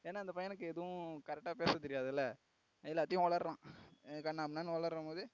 ஏன்னா இந்த பையனுக்கு எதுவும் கரெக்ட்டாக பேசத்தெரியாதுல்லை எல்லாத்தையும் உளறுறான் கண்ணாபின்னான்னு உளறும் போது